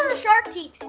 ah shark teeth!